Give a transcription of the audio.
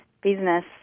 business